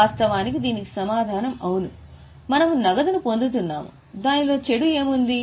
వాస్తవానికి దీనికి సమాధానం అవును మనము నగదు పొందుతున్నాము దానిలో చెడు ఏముంది